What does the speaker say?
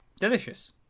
Delicious